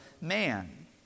man